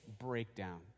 breakdown